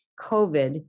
COVID